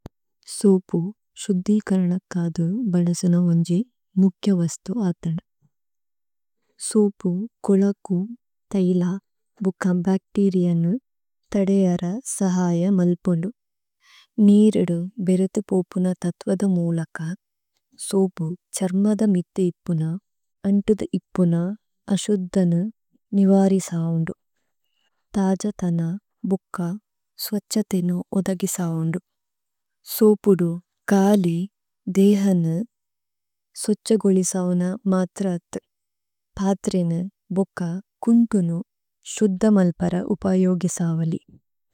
സോപു ശുദ്ധികരണക്കാദു ബണസന ഒംജി മുക്യ വസ്തു ആതനു। സോപു കുളകു തൈലാ ബുക്ക ബാക്ടിരിയന്നു തഡെയാര സഹായ മല്പുംഡു। നീരിഡു ബിരെത്തു പോപുന തത്വദ മൂലക സോപു ചര്മദ മിത്തെയിപ്പുന അണ്ടുദ ഇപ്പുന അശുദ്ധനു നിവാരിസാവുംഡു। താജതന ബുക്ക സോച്ചതെയിനു ഉദഗിസാവുംഡു। സോപുഡു കാളി ദേഹനു സോച്ചഗൊളിസാവുന മാത്രാത്തു। പാത്രിന, ബുക്ക, കുംടുനു ശുദ്ധമന്പര ഉപയോഗിസാവലി।